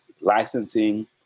licensing